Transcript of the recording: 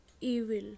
evil